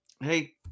Hey